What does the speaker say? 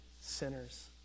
sinners